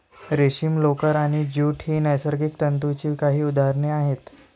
रेशीम, लोकर आणि ज्यूट ही नैसर्गिक तंतूंची काही उदाहरणे आहेत